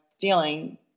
feeling